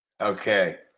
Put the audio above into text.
Okay